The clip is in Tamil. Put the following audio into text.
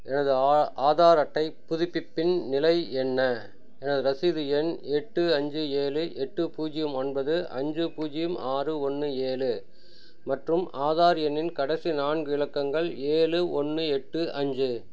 எனது ஆ ஆதார் அட்டைப் புதுப்பிப்பின் நிலை என்ன எனது ரசீது எண் எட்டு அஞ்சு ஏழு எட்டு பூஜ்ஜியம் ஒன்பது அஞ்சு பூஜ்ஜியம் ஆறு ஒன்று ஏழு மற்றும் ஆதார் எண்ணின் கடைசி நான்கு இலக்கங்கள் ஏழு ஒன்று எட்டு அஞ்சு